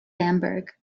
bamberg